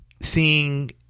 seeing